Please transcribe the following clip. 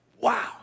Wow